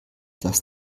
das